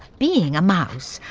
being a mouse,